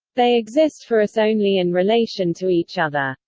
they exist for us only in relation to each other.